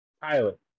pilot